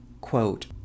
quote